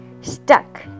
Stuck